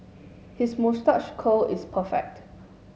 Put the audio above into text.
his moustache curl is perfect